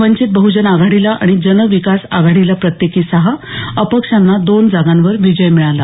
वंचित बहजन आघाडीला आणि जन विकास आघाडीला प्रत्येकी सहा अपक्षांना दोन जागांवर विजय मिळाला